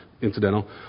incidental